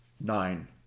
Nine